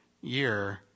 year